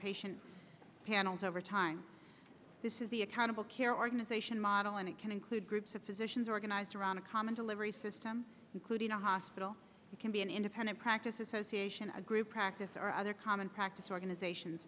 patient panels over time this is the accountable care organization model and it can include groups of physicians organized around a common delivery system including a hospital can be an independent practice association a group practice or other common practice organizations